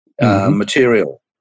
material